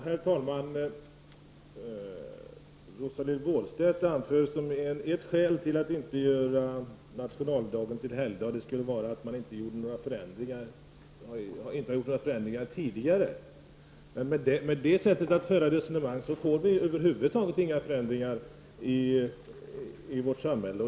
Herr talman! Rosa-Lill Wåhlstedt säger att ett skäl till att låta bli att göra nationaldagen till helgdag är att det inte gjorts några förändringar tidigare. Men om man resonerar på det sättet blir det över huvud taget inga förändringar i vårt samhälle.